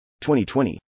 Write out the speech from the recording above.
2020